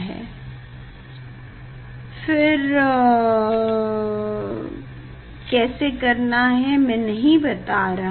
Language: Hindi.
मैं फिर से नहीं बता रहा